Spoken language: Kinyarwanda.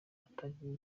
atagira